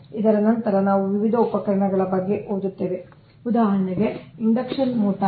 ಇದರ ನಂತರ ನಾವು ವಿವಿಧ ಉಪಕರಣಗಳ ಬಗ್ಗೆ ಓದುತ್ತೇವೆ ಉದಾಹರಣೆಗೆ ಇಂಡಕ್ಷನ್ ಮೋಟಾರ್ಸ್